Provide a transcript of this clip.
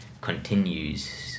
continues